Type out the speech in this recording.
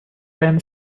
ben